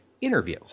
interview